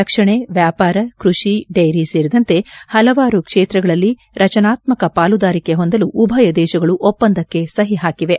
ರಕ್ಷಣೆ ವ್ಕಾಪಾರ ಕೃಷಿ ಡೇರಿ ಸೇರಿದಂತೆ ಪಲವಾರು ಕ್ಷೇತ್ರಗಳಲ್ಲಿ ರಚನಾತ್ಮಕ ಪಾಲುದಾರಿಕೆ ಹೊಂದಲು ಉಭಯ ದೇಶಗಳು ಒಪ್ಪಂದಕ್ಕೆ ಸಹಿ ಹಾಕಿವೆ